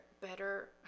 better